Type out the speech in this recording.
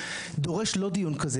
דורש לא דיון כזה.